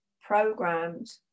programmed